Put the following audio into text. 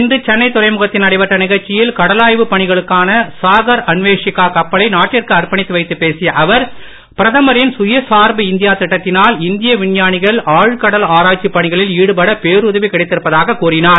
இன்று சென்னை துறைமுகத்தில் நடைபெற்ற நிகழ்ச்சியில் கடலாய்வுப் பணிகளுக்கான சாகர் அன்வேஷிகா கப்பலை நாட்டிற்கு அர்ப்பணித்து வைத்துப் பேசிய அவர் பிரதமரின் சுயசார்பு இந்தியா திட்டத்தினால் இந்திய விஞ்ஞானிகள் ஆழ்கடல் ஆராய்ச்சிப் பணிகளில் ஈடுபட பேருதவி கிடைத்திருப்பதாகக் கூறினார்